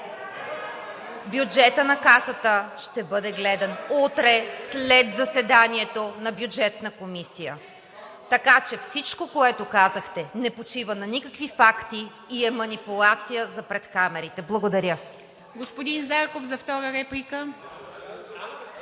Бюджетът на Касата ще бъде гледан утре, след заседанието на Бюджетна комисия. Така че всичко, което казахте, не почива на никакви факти и е манипулация за пред камерите. Благодаря. ПРЕДСЕДАТЕЛ ИВА МИТЕВА: Господин Зарков – за втора реплика.